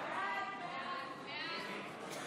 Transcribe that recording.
38 בעד, 51 נגד.